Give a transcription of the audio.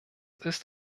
ist